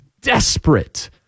desperate